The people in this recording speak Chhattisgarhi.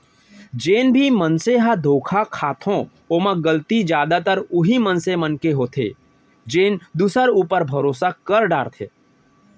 जेन भी मनसे ह धोखा खाथो ओमा गलती जादातर उहीं मनसे के होथे जेन दूसर ऊपर भरोसा कर डरथे